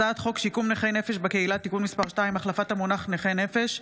הצעת חוק שיקום נפש בקהילה (תיקון מס' 2) (החלפת המונח נכה נפש),